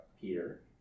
Peter